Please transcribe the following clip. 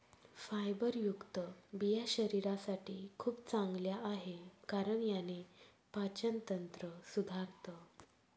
फायबरयुक्त बिया शरीरासाठी खूप चांगल्या आहे, कारण याने पाचन तंत्र सुधारतं